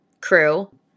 crew